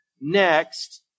Next